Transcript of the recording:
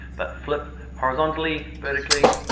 but flip horizontally, vertically.